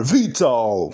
Vital